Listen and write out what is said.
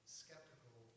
skeptical